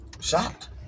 Shocked